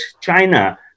China